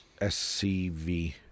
SCV